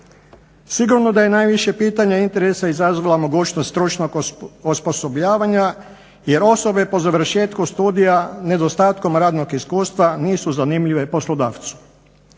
Sigurno da je najviše pitanja i interesa izazvala mogućnost stručnog osposobljavanja jer osobe po završetku studija nedostatkom radnog iskustva nisu zanimljive poslodavcu.